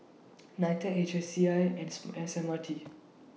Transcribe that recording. NITEC H C I and S M R T